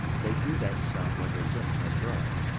they do that some when they're gettin' their growth.